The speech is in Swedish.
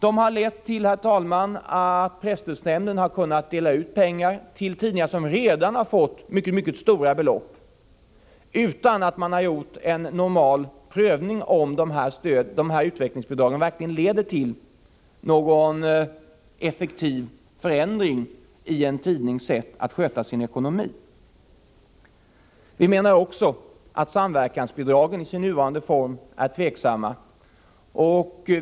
De har lett till att presstödsnämnden har kunnat dela ut pengar till tidningar, som redan fått mycket stora belopp, utan att man har gjort en normal prövning av huruvida dessa utvecklingsbidrag verkligen leder till någon effektiv förändring i en tidnings sätt att sköta sin ekonomi. Vi menar också att samverkansbidragen i sin nuvarande form är tveksamma.